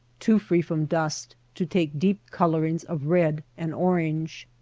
too free from dust, to take deep colorings of red and orange.